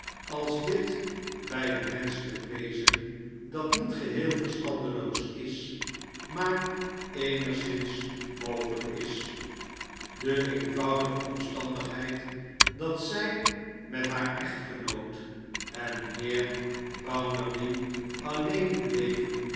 als dit bij een menschelijk wezen dat niet geheel verstandeloos is maar eenigszins mogelijk is de eenvoudige omstandigheid dat zij met haar echtgenoot en mijnheer bounderby alleen bleef